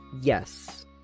Yes